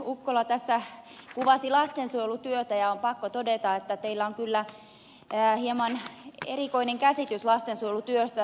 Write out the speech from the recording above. ukkola tässä kuvasi lastensuojelutyötä ja on pakko todeta että teillä on kyllä hieman erikoinen käsitys lastensuojelutyöstä